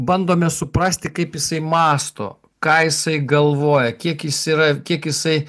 bandome suprasti kaip jisai mąsto ką jisai galvoja kiek jis yra kiek jisai